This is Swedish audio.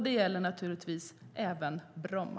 Det gäller naturligtvis även Bromma.